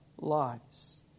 lives